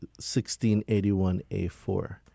1681A4